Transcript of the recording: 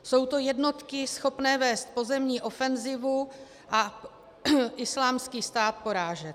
Jsou to jednotky schopné vést pozemní ofenzivu a Islámský stát porážet.